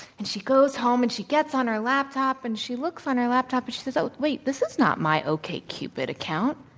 and she goes home, and she gets on her laptop, and she looks on her laptop, and but she says, oh, wait, this is not my okcupid account.